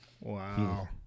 Wow